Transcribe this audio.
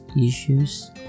issues